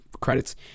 Credits